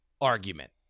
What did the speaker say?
argument